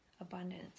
abundance